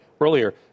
earlier